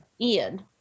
Ian